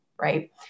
right